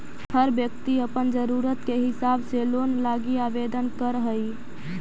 हर व्यक्ति अपन ज़रूरत के हिसाब से लोन लागी आवेदन कर हई